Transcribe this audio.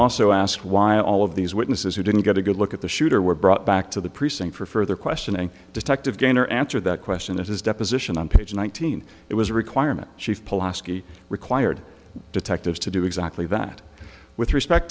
also asked why all of these witnesses who didn't get a good look at the shooter were brought back to the precinct for further questioning detective gainer answer that question in his deposition on page one thousand it was a requirement sheaf polaski required detectives to do exactly that with respect